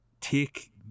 take